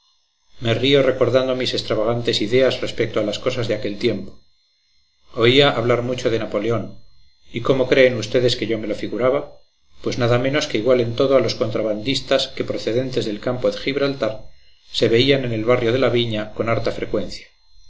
me río recordando mis extravagantes ideas respecto a las cosas de aquel tiempo oía hablar mucho de napoleón y cómo creen ustedes que yo me lo figuraba pues nada menos que igual en todo a los contrabandistas que procedentes del campo de gibraltar se veían en el barrio de la viña con harta frecuencia